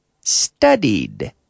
studied